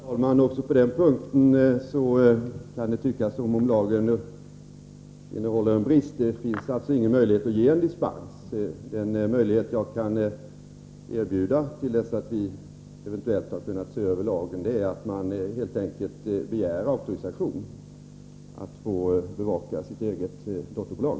Herr talman! Också på den punkten kan det tyckas som om lagen innehåller en brist. Det finns alltså ingen möjlighet att ge dispens. Den möjlighet jag kan erbjuda till dess att vi eventuellt har kunnat se över lagen är att man helt enkelt begär auktorisation att bevaka sitt eget dotterbolag.